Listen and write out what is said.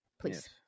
Please